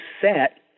set